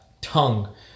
tongue